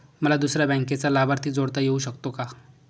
मला दुसऱ्या बँकेचा लाभार्थी जोडता येऊ शकतो का?